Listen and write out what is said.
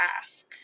ask